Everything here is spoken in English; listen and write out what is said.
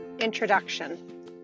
Introduction